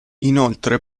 inoltre